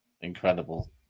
incredible